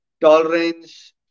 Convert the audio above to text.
tolerance